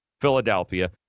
Philadelphia